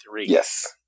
Yes